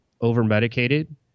over-medicated